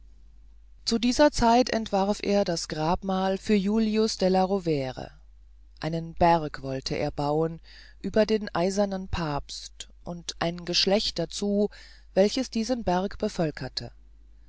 zu dieser zeit entwarf er das grabdenkmal für julius della rovere einen berg wollte er bauen über den eisernen papst und ein geschlecht dazu welches diesen berg bevölkerte